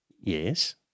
Yes